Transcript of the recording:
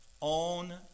on